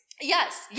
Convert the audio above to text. yes